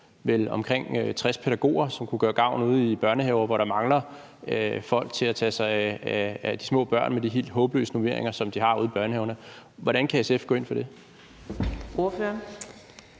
vel omkring 60 pædagoger, som kunne gøre gavn ude i børnehaverne, hvor der mangler folk til at tage sig af de små børn, med de helt håbløse normeringer, som man har ude i børnehaverne. Hvordan kan SF gå ind for det?